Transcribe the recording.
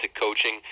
coaching